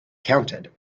counted